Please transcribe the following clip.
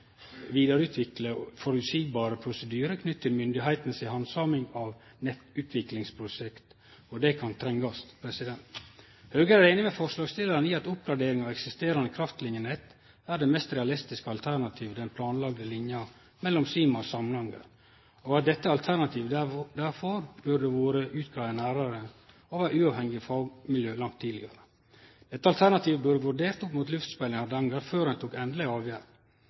vidareutvikle føreseielege prosedyrar knytte til myndigheitene si handsaming av nettutviklingsprosjekt, og det kan trengast. Høgre er einig med forslagsstillarane i at oppgradering av eksisterande kraftlinjenett er det mest realistiske alternativet til den planlagde linja mellom Sima og Samnanger, og at dette alternativet derfor burde vore nærare greidd ut av uavhengige fagmiljø langt tidlegare. Dette alternativet burde vore vurdert opp mot luftspennet i Hardanger før ein tok endeleg avgjerd.